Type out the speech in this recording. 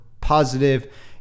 positive